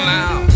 now